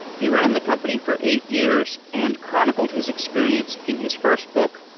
he ran the company for eight years and chronicled his experience in his first book,